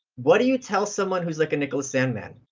what do you tell someone who's like a nicholas sandmann?